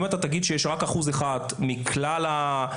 אם אתה תגיד שיש רק אחוז מכלל המקרים,